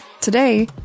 Today